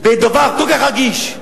בדבר כל כך רגיש,